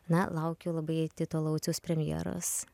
na laukiu labai tito lauciaus premjeros